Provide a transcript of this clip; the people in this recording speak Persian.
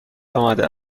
آمده